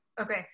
Okay